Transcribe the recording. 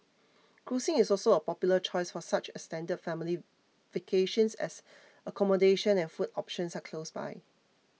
cruising is also a popular choice for such extended family vacations as accommodation and food options are close by